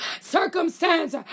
circumstance